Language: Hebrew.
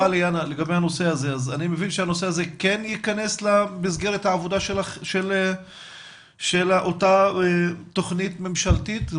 מבין שהנושא הזה כן ייכנס למסגרת העבודה של אותה תוכנית ממשלתית?